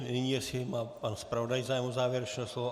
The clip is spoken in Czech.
Nyní jestli má pan zpravodaj zájem o závěrečné slovo?